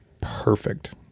perfect